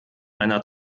einer